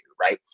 right